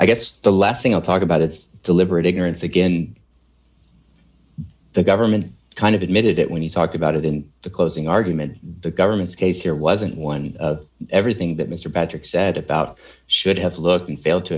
i guess the last thing i'll talk about it's deliberate ignorance again the government kind of admitted it when he talked about it in the closing argument the government's case here wasn't one everything that mr patrick said about should have looked the failed to